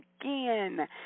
again